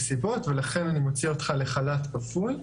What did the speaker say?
סיבות ולכן אני מוציא אותך לחל"ת כפוי,